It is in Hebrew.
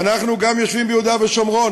ואנחנו גם יושבים ביהודה ושומרון,